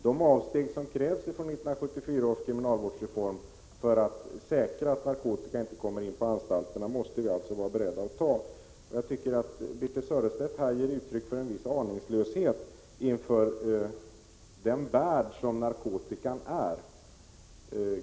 De avsteg som krävs från 1974 års kriminalvårdsreform för att förhindra att narkotika kommer in på anstalterna måste vi alltså vara beredda att ta. Birthe Sörestedt ger här uttryck för en viss aningslöshet inför narkotikans värld.